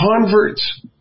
converts